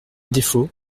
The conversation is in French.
défaut